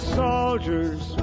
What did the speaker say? soldiers